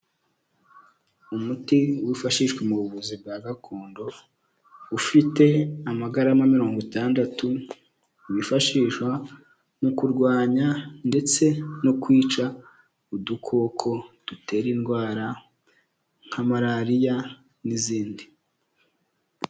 Umuti wifashishwa mu buvuzi bwa gakondo ufite amagarama mirongo itandatu wifashishwa mu kurwanya ndetse no kwica udukoko dutera indwara nka malariya n'izindi.